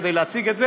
כדי להציג את זה,